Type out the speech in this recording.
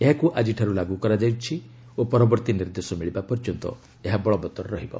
ଏହାକୁ ଆଜିଠାରୁ ଲାଗୁ କରାଯାଇଛି ଓ ପରବର୍ତ୍ତୀ ନିର୍ଦ୍ଦେଶ ମିଳିବା ପର୍ଯ୍ୟନ୍ତ ଏହା ବଳବତ୍ତର ରହିବ